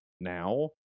now